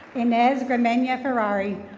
unez gramenya ferrari.